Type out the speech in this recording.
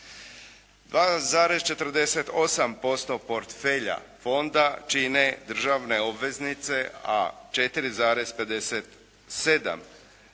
2,48% portfelja fonda čine državne obveznice a 4,57